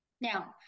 now